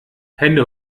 hände